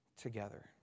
together